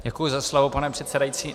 Děkuji za slovo, pane předsedající.